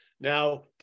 Now